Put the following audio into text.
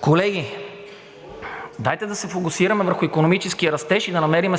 Колеги, дайте да се фокусираме върху икономическия растеж и да намерим